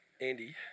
Andy